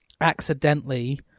accidentally